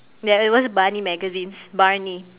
ya it was barney magazines barney